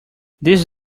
these